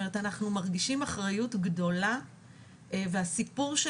אנחנו מרגישים אחריות גדולה והסיפור של